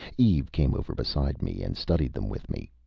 eve came over beside me, and studied them with me.